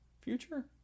future